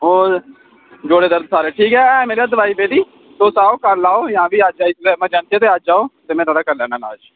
होर जोड़ें दर्द सारें ठीक ऐ है मेरे कश दुआई पेदी तुस आओ कल आओ जां फ्ही अज्ज आई सकने ऐमरजैंसी ऐ ते अज्ज आओ ते थुआढ़ा करी लैना लाज